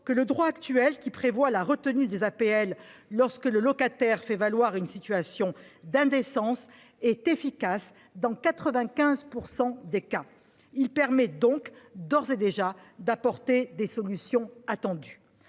que le droit actuel, qui prévoit la retenue des APL lorsque le locataire fait valoir une situation d'indécence, est efficace dans 95 % des cas. Il permet donc, d'ores et déjà, d'apporter les solutions attendues.